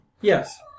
Yes